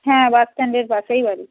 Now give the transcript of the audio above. হ্যাঁ বাস স্ট্যান্ডের পাশেই বাড়ি